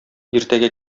иртәгә